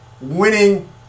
winning